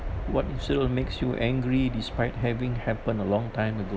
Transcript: what incident will makes you angry despite having happen a long time ago